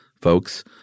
folks